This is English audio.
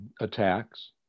attacks